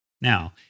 Now